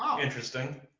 Interesting